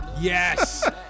yes